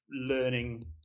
learning